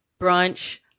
brunch